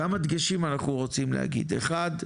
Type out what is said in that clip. כמה דגשים אנחנו רוצים להגיד, אחד,